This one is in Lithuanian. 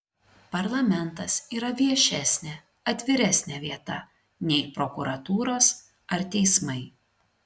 parlamentas yra viešesnė atviresnė vieta nei prokuratūros ar teismai